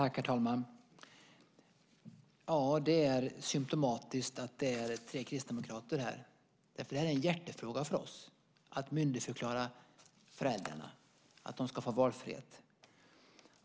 Herr talman! Ja, det är symtomatiskt att det är tre kristdemokrater som debatterar detta, för det är en hjärtefråga för oss att myndigförklara föräldrarna, att de ska få valfrihet.